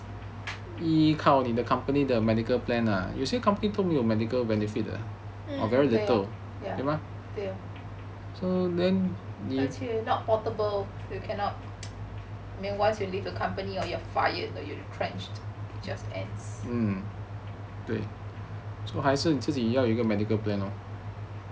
and some more not portable you cannot once you leave a company or you're fired or retrenched it just ends so